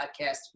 podcast